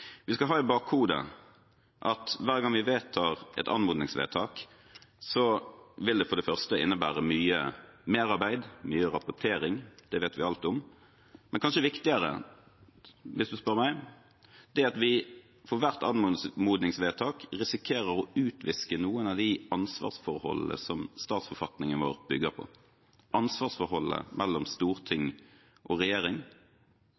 Vi skal ha i bakhodet at hver gang vi vedtar en anmodning, vil det for det første innebære mye merarbeid, mye rapportering. Det vet vi alt om. Men kanskje viktigere, hvis du spør meg, er at vi for hvert anmodningsvedtak risikerer å utviske noen av de ansvarsforholdene som statsforfatningen vår bygger på, ansvarsforholdet mellom